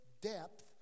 depth